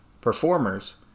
performers